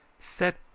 Set